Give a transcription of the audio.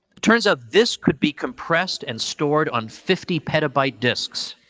turns out, this could be compressed and stored on fifty petabyte discs.